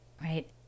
right